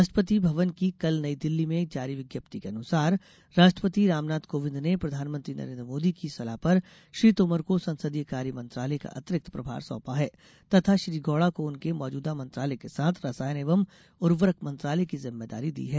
राष्ट्रपति भवन की कल नई दिल्ली में जारी विज्ञप्ति के अनुसार राष्ट्रपति रामनाथ कोविंद ने प्रधानमंत्री नरेन्द्र मोदी की सलाह पर श्री तोमर को संसदीय कार्य मंत्रालय का अतिरिक्त प्रभार सौंपा है तथा श्री गौड़ा को उनके मौजूदा मंत्रालयों के साथ रसायन एवं उर्वरक मंत्रालय की जिम्मेदारी दी है